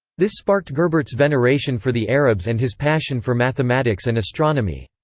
this sparked gerbert's veneration for the arabs and his passion for mathematics and astronomy.